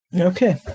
Okay